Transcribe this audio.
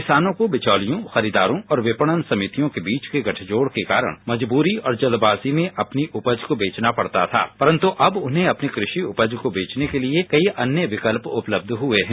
किसानों को बिचौलियों खरीदारों और विपणा समितियों के बीच के गठजोड के कारण मजबूरी और जल्दबाजी में अपनी उपज को बेचना पडता था परंतु अब उन्हें अपनी कृषि उपज को बेचने के लिए कई अन्य विकल्प उपलब्ध हुए हैं